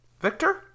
Victor